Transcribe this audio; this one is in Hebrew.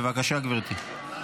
בבקשה, גברתי.